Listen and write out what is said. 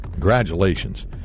Congratulations